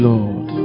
Lord